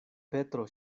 petro